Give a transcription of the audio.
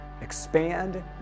Expand